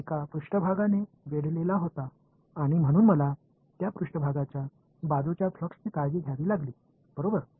இந்த விஷயத்தில் கொள்ளளவு ஒரு மேற்பரப்பால் மூடப்பட்டிருந்தது எனவே அந்த மேற்பரப்பு வழியாக ஃப்ளக்ஸை நான் கவனித்துக் கொள்ள வேண்டியிருந்தது